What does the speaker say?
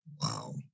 Wow